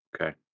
Okay